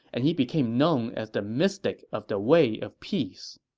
and he became known as the mystic of the way of peace